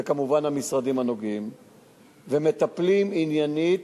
וכמובן המשרדים הנוגעים ומטפלים עניינית,